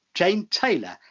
jane taylor,